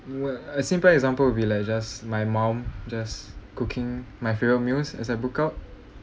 a simple example will be like just my mum just cooking my favourite meals as I book out